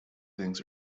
things